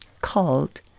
called